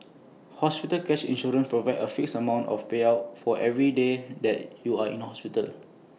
hospital cash insurance provides A fixed amount of payout for every day that you are in hospital